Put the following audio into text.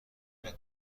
متر